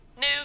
New